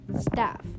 Staff